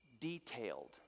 Detailed